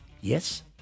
yes